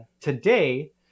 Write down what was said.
today